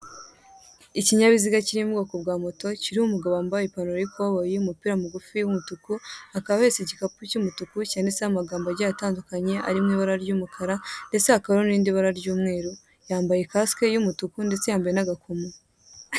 Ikinyabiziga kiri mu bwoko bwa moto kiriho umugabo wambaye ipantaro y'ikoboyi, umupira mugufi w'umutuku. Akaba ahetse igikapu cy'umutuku cyanditseho amagambo agiye atandukanye ari mu ibara ry'umukara ndetse hakaba hariho n'irindi bara ry'umweru, yambaye kasike y'umutuku ndetse yambaye n'agakomo.